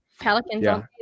Pelican's